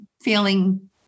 feeling